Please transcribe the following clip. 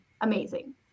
amazing